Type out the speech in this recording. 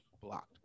blocked